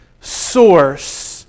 source